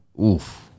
oof